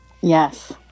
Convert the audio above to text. yes